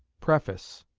preface.